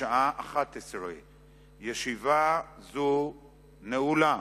בשעה 11:00. ישיבה זו נעולה.